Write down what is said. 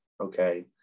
okay